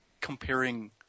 comparing